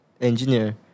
engineer